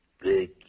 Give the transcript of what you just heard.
Big